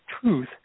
truth